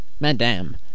Madam